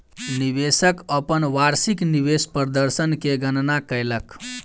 निवेशक अपन वार्षिक निवेश प्रदर्शन के गणना कयलक